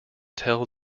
tell